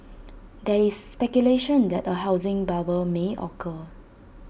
there is speculation that A housing bubble may occur